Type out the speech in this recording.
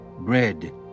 bread